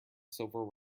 silver